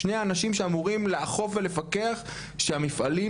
שני אנשים שאמורים לאכוף ולפקח שהמפעלים